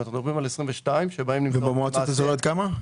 כלומר אנחנו מדברים על 22 ש --- ובמועצות האזוריות כמה?